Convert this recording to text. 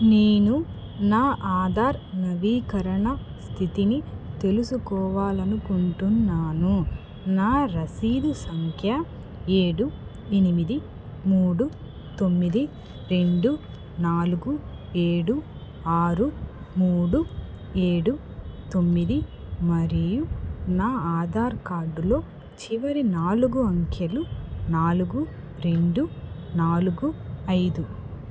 నేను నా ఆధార్ నవీకరణ స్థితిని తెలుసుకోవాలనుకుంటున్నాను నా రసీదు సంఖ్య ఏడు ఎనిమిది మూడు తొమ్మిది రెండు నాలుగు ఏడు ఆరు మూడు ఏడు తొమ్మిది మరియు నా ఆధార్ కార్డులో చివరి నాలుగు అంకెలు నాలుగు రెండు నాలుగు ఐదు